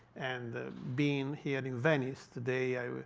and being here in venice today, i mean